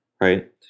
right